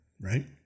right